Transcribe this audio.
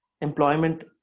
employment